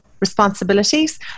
responsibilities